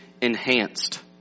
enhanced